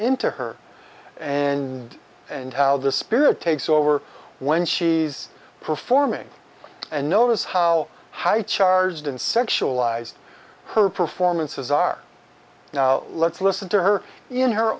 into her and and how the spirit takes over when she's performing and notice how high charged and sexualized her performances are now let's listen to her in her